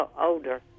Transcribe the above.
older